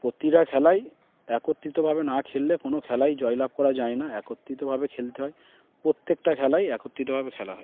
প্রতিটা খেলাই একত্রিতভাবে না খেললে কোনো খেলাই জয়লাভ করা যায় না একত্রিতভাবে খেলতে হয় প্রত্যেকটা খেলাই একত্রিতভাবে খেলা হয়